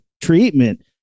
treatment